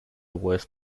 worse